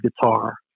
guitar